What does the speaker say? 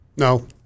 No